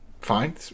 fine